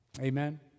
amen